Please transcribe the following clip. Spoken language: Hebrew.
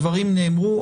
הדברים נאמרו.